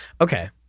Okay